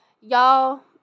Y'all